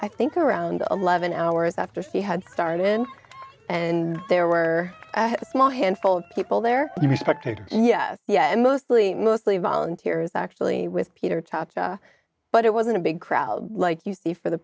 i think around eleven hours after she had started and there were a small handful of people there respected yes yes and mostly mostly volunteers actually with peter talked but it wasn't a big crowd like you see for the